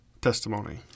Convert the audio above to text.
testimony